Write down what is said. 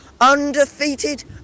undefeated